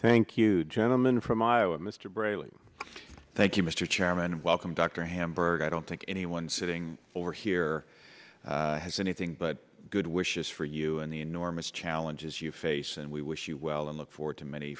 thank you gentleman from iowa mr brayley thank you mr chairman and welcome dr hamburg i don't think anyone sitting over here has anything but good wishes for you and the enormous challenges you face and we wish you well and look forward to many